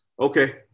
Okay